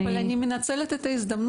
אבל אני מנצלת את ההזדמנות,